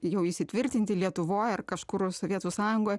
jau įsitvirtinti lietuvoj ar kažkur sovietų sąjungoj